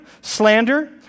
slander